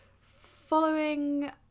following